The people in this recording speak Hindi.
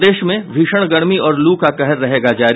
प्रदेश में भीषण गर्मी और लू का कहर रहेगा जारी